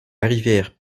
rivière